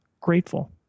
grateful